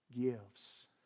gifts